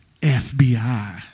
FBI